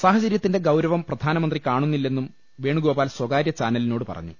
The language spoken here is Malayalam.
സാഹചര്യത്തിന്റെ ഗൌരവം പ്രധാനമന്ത്രി കാണുന്നില്ലെന്നും വേണുഗോപാൽ സ്വകാര്യ ചാനലിനോട് പറഞ്ഞു